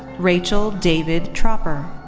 rachel david tropper.